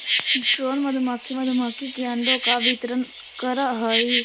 drone मधुमक्खी मधुमक्खी के अंडों का वितरण करअ हई